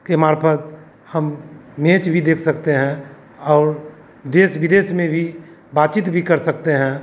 के मार्फत हम मेच भी देख सकते हैं और देश विदेश में भी बातचीत भी कर सकते हैं